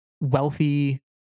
wealthy